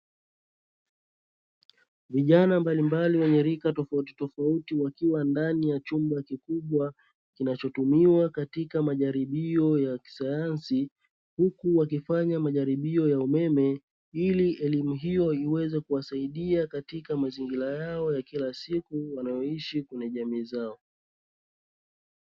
Vijana mbalimbali wenye rika tofauti tofauti wakiwa ndani ya chumba kikubwa kinachotumiwa katika majaribio ya kisayansi, huku wakifanya majaribio ya umeme ili elimu hiyo iweze kuwasaidia katika mazingira yao ya kila siku wanaoishi kwenye jamii zao.